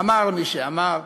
אמר מי שאמר.